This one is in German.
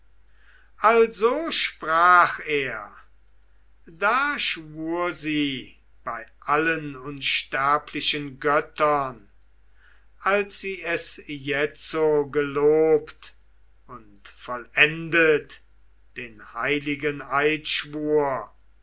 also sprach er da schwur sie bei allen unsterblichen göttern als sie es jetzo gelobt und vollendet den heiligen eidschwur